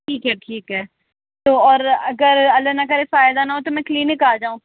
ٹھیک ہے ٹھیک ہے تو اور اگر اللہ نہ کرے فائدہ نہ ہو تو میں کلینک آ جاؤں پھر